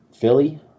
Philly